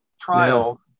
trial